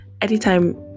anytime